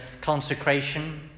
consecration